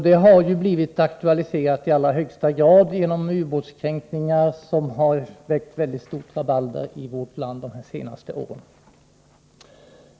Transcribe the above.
Det har i allra högsta grad aktualiserats genom de ubåtskränkningar som under de senaste åren har väckt mycket stort rabalder i vårt land.